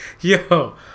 Yo